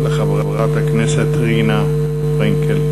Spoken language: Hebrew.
לחברת הכנסת רינה פרנקל.